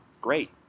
great